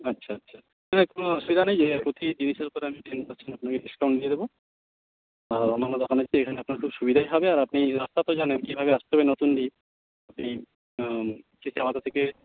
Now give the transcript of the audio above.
আচ্ছা আচ্ছা না না কোনো অসুবিধা নেই ইয়ে প্রতি জিনিসের উপর আমি টেন পার্সেন্ট আপনাকে ডিসকাউন্ট দিয়ে দেবো আর অন্যান্য দোকানের চেয়ে এখানে আপনার খুব সুবিধাই হবে আর আপনি রাস্তা তো জানেন কীভাবে আসতে হবে নতুনডিহি এই চিত্রা মাথা থেকে